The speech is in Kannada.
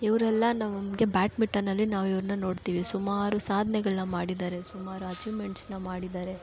ಇವರೆಲ್ಲ ನಮಗೆ ಬ್ಯಾಟ್ಮಿಟನಲ್ಲಿ ನಾವು ಇವ್ರುನ್ನ ನೋಡ್ತೀವಿ ಸುಮಾರು ಸಾಧ್ನೆಗಳ್ನ ಮಾಡಿದಾರೆ ಸುಮಾರು ಅಚೀವ್ಮೆಂಟ್ಸ್ನ ಮಾಡಿದಾರೆ